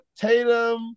Tatum